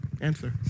answer